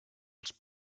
els